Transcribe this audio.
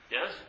Yes